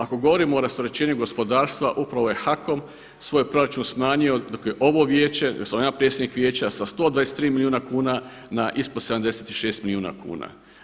Ako govorimo o rasterećenju gospodarstva upravo je HAKOM svoj proračun smanjio, dakle ovo Vijeće gdje sam ja predsjednik Vijeća sa 123 milijuna kuna na ispod 76 milijuna kuna.